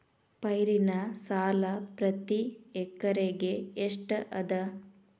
ಪೈರಿನ ಸಾಲಾ ಪ್ರತಿ ಎಕರೆಗೆ ಎಷ್ಟ ಅದ?